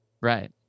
Right